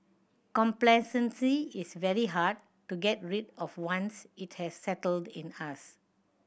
complacency is very hard to get rid of once it has settled in us